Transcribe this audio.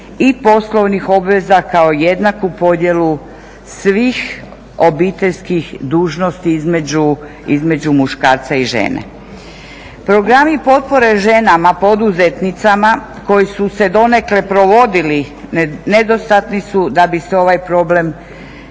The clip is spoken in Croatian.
i poslovnih obveza kao jednaku podjelu svih obiteljskih dužnosti između muškarca i žene. Programi potpore ženama poduzetnicama koje su se donekle provodili nedostatni su da bi se ovaj problem nejednakih